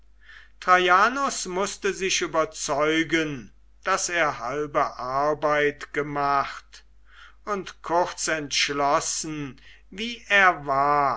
traianus mußte sich überzeugen daß er halbe arbeit gemacht und kurz entschlossen wie er war